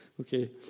Okay